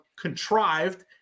contrived